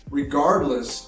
regardless